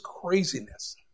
craziness